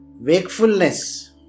wakefulness